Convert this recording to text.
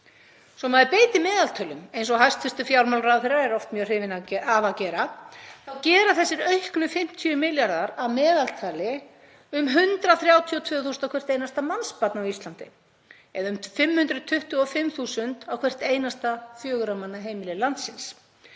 Svo að maður beiti meðaltölum, eins og hæstv. fjármálaráðherra er oft mjög hrifinn af að gera, þá gera þessir auknu 50 milljarðar að meðaltali um 132.000 á hvert einasta mannsbarn á Íslandi eða um 525.000 á hvert einasta fjögurra manna heimili landsins.